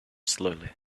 slowly